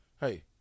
Hey